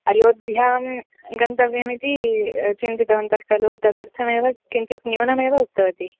अयोध्यां गन्तव्यमिति चिन्तितवन्तः खलु तदर्थमेव किञ्चित् न्यूनमेव उक्तवती